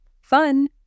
Fun